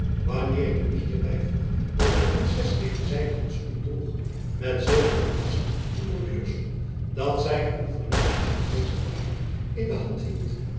wanneer ik nu hier byvoeg dat de princes licht grijze handschoenen droeg met zilveren kwasten en borduursel dat zy een verlakten sineeschen waaier in de jacob van lennep elizabeth musch hand hield